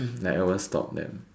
like I won't stop them